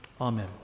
Amen